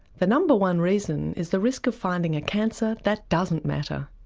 the number one reason is the risk of finding a cancer that doesn't matter.